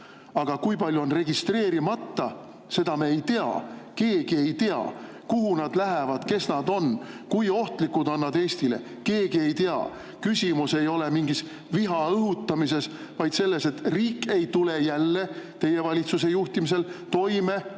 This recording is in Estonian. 000. Kui palju on registreerimata, seda me ei tea. Keegi ei tea, kuhu nad lähevad, kes nad on, kui ohtlikud on nad Eestile. Keegi ei tea. Küsimus ei ole mingis viha õhutamises, vaid selles, et riik ei tule jälle teie valitsuse juhtimisel toime oma